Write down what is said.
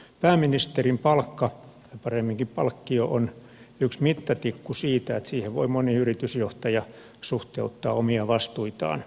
pääministerin palkka paremminkin palkkio on yksi mittatikku siinä että siihen voi moni yritysjohtaja suhteuttaa omia vastuitaan